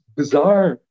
bizarre